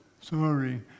Sorry